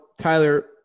Tyler